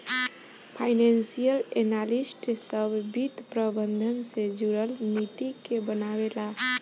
financial analyst सभ वित्त प्रबंधन से जुरल नीति के बनावे ला